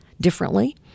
differently